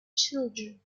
children